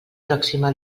pròxima